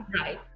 right